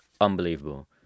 unbelievable